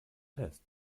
test